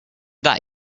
that